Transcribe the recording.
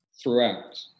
throughout